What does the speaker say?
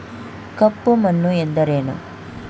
ಕಪ್ಪು ಮಣ್ಣು ಎಂದರೇನು?